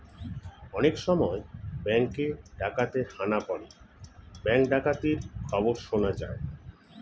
অনেক সময় ব্যাঙ্কে ডাকাতের হানা পড়ে ব্যাঙ্ক ডাকাতির খবর শোনা যায়